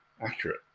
accurate